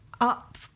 Up